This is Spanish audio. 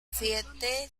siete